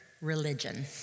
religion